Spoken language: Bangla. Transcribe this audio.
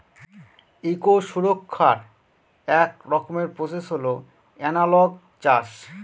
ইকো সুরক্ষার এক রকমের প্রসেস হল এনালগ চাষ